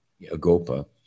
Agopa